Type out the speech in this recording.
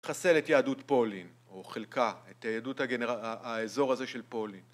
חסל את יהדות פולין, או חלקה את היהדות האזור הזה של פולין.